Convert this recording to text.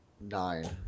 Nine